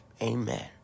amen